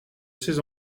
ces